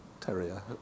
terrier